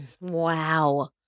Wow